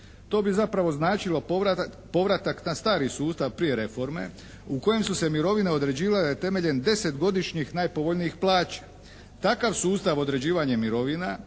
To bi zapravo značilo povratak na stari sustav prije reforme u kojem su se mirovine određivale temeljem deset godišnjih najpovoljnijih plaća. Takav sustav određivanja mirovina